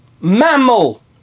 Mammal